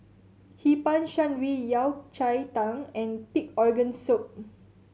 Hee Pan Shan Rui Yao Cai Tang and pig organ soup